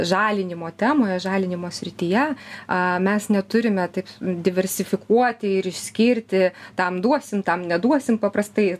žalinimo temoje žalinimo srityje aa mes neturime taip diversifikuoti ir išskirti tam duosim tam neduosim paprastai